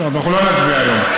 אז אנחנו לא נצביע היום.